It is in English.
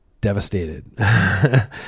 devastated